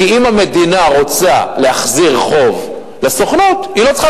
כי אם המדינה רוצה להחזיר לסוכנות חוב היא לא צריכה